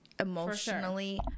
Emotionally